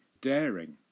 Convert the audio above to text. daring